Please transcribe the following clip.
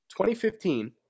2015